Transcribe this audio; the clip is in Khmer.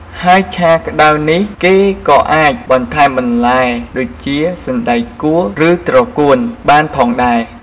ហើយឆាក្តៅនេះគេក៏អាចបន្ថែមបន្លែដូចជា សណ្តែកគួរ ឬត្រកួនបានផងដែរ។